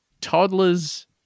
toddlers